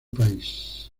país